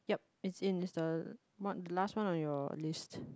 yup it's in it's the one last one on your list